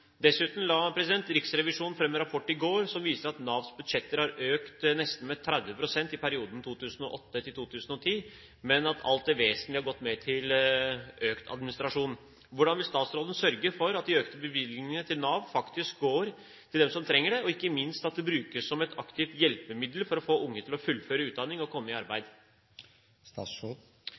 Dessuten la Riksrevisjonen fram en rapport i går som viser at Navs budsjetter har økt med nesten 30 pst. i perioden 2008–2010, men det alt vesentlige har gått til økt administrasjon. Hvordan vil statsråden sørge for at de økte bevilgningene til Nav faktisk går til dem som trenger det, og ikke minst at de brukes som et aktivt hjelpemiddel for å få unge til å fullføre utdanning og komme i arbeid?